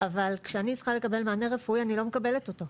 אבל כשאני צריכה לקבל מענה רפואי אני לא מקבלת אותו,